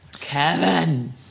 Kevin